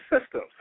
systems